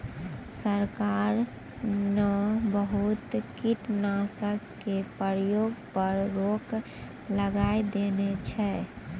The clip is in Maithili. सरकार न बहुत कीटनाशक के प्रयोग पर रोक लगाय देने छै